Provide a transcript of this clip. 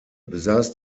besaß